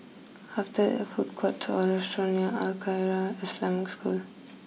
after there food courts or restaurant near Al Khairiah Islamic School